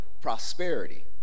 prosperity